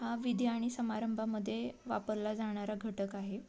हा विधी आणि समारंभामध्ये वापरला जाणारा घटक आहे